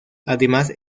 además